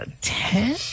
Ten